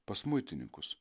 pas muitininkus